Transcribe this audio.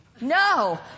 No